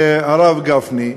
הרב גפני: